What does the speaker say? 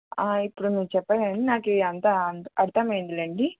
ఇప్పుడు మీరు చెప్పగానే నాకు అంతా అర్థమయ్యింది లేండి